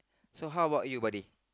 so how about you buddy